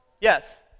yes